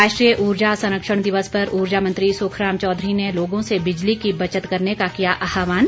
राष्ट्रीय ऊर्जा संरक्षण दिवस पर ऊर्जा मंत्री सुखराम चौधरी ने लोगों से बिजली की बचत करने का किया आह्वान